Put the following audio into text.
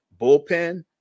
bullpen